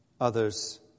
others